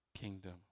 kingdom